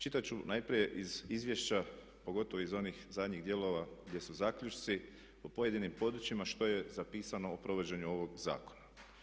Čitat ću najprije iz izvješća, pogotovo iz onih zadnjih dijelova gdje su zaključci, o pojedinim područjima što je zapisano o provođenju ovog zakona.